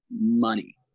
money